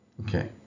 Okay